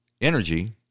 energy